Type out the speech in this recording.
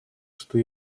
что